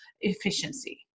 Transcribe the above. efficiency